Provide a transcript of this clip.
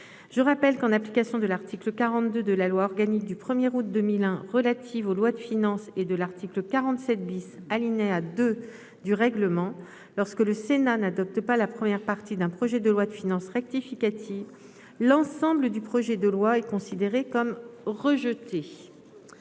je rappelle que, en application de l'article 42 de la loi organique relative aux lois de finances du 1 août 2001 et à l'article 47 , alinéa 2, de notre règlement, lorsque le Sénat n'adopte pas la première partie du projet de loi de finances rectificative, l'ensemble du projet de loi est considéré comme rejeté.